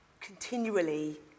continually